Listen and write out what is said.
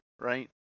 Right